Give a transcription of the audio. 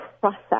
process